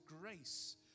grace